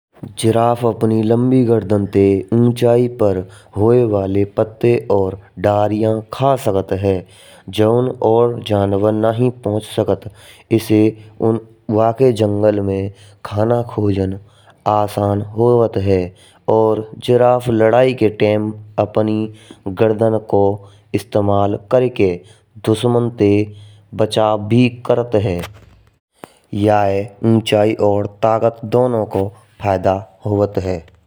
जिराफ अपनी लंबे गर्दन से ऊँचाई पर होए वाले पत्ते और दरिया खा सकते हैं। जोन और जानवर नहीं पहुँच सकता। इसी उन वाक्य जंगल में खाना खोज आसान होवत है। और जिराफ लड़ाई के टाइम अपनी गर्दन को इस्तेमाल करके दुश्मन से बचाव भी करत है। ये ऊँचाई और ताकत दोनों को फायदा होवत है।